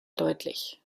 deutlich